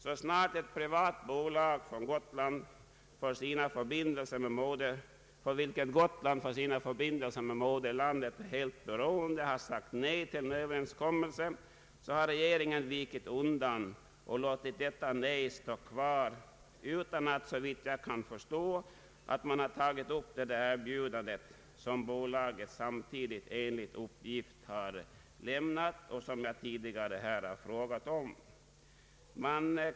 Så snart ett privat bolag, av vilket Gotland för sina förbindelser med moderlandet är helt beroende, har sagt nej till en överenskommelse, har regeringen vikit undan och låtit detta nej stå kvar utan att, såvitt jag kan förstå, ha tagit upp det erbjudande som bolaget samtidigt enligt uppgift har lämnat och som jag tidigare här har frågat om.